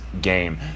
game